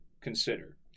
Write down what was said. consider